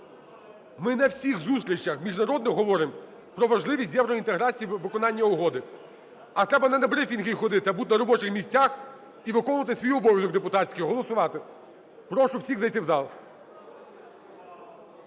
Ми на всіх зустрічах міжнародних говоримо про важливість євроінтеграції… виконання угоди, а треба не на брифінги ходити, а бути на робочих місцях і виконувати свій обов'язок депутатський – голосувати. Прошу всіх зайти в зал.